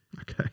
okay